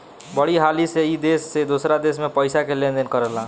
बड़ी हाली से ई देश से दोसरा देश मे पइसा के लेन देन करेला